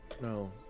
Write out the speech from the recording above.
No